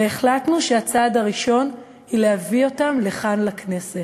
החלטנו שהצעד הראשון הוא להביא אותם לכאן, לכנסת,